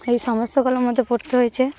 এই সমস্যাগুলোর মধ্যে পড়তে হয়েছে